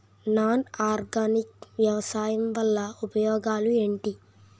Non organic వ్యవసాయం వల్ల ఉపయోగాలు ఏంటీ?